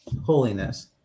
holiness